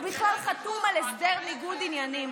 הוא בכלל חתום על הסדר ניגוד עניינים,